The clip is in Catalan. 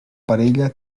parella